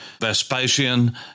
Vespasian